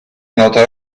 nota